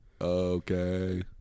okay